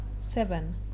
Seven